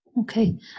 Okay